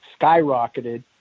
skyrocketed